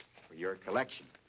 for your collection.